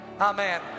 Amen